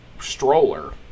stroller